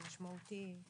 זה משמעותי.